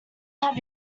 have